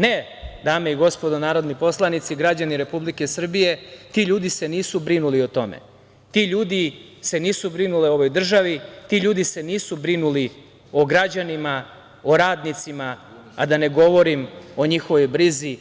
Ne, dame i gospodo narodni poslanici, građani Republike Srbije, ti ljudi se nisu brinuli o tome, ti ljudi se nisu brinuli o ovoj državi, ti ljudi se nisu brinuli o građanima, o radnicima, a da ne govorim o njihovoj brizi